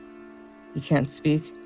you can't speak,